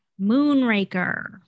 Moonraker